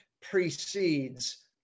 precedes